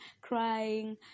crying